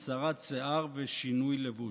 הסרת שיער ושינוי לבוש.